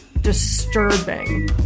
disturbing